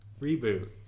Reboot